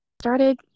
started